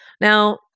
Now